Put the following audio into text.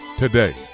today